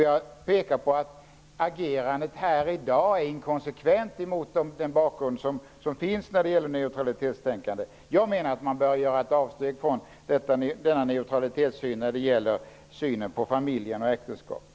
Jag pekar på att agerandet här i dag är inkonsekvent mot bakgrund av neutralitetstänkandet. Jag menar att man bör göra ett avsteg från denna neutralitetssyn när det gäller synen på familjen och äktenskapet.